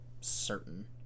certain